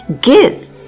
give